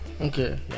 Okay